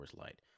Light